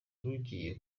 rugiye